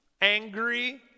angry